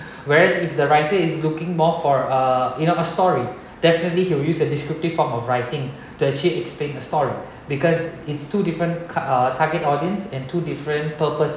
whereas if the writer is looking more for uh you know a story definitely he will use a descriptive form of writing to actually explain a story because it's two different cut uh target audience and two different purpose